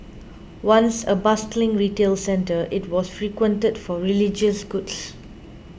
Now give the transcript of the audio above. once a bustling retail centre it was frequented for religious goods